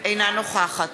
אינה נוכחת